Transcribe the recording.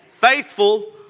faithful